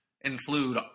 include